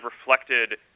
reflected